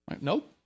Nope